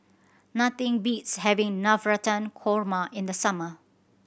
nothing beats having Navratan Korma in the summer